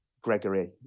Gregory